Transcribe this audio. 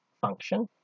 function